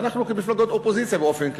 ואנחנו כמפלגות אופוזיציה באופן כללי,